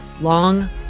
long